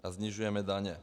A snižujeme daně.